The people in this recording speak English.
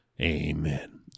Amen